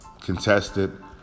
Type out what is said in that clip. contested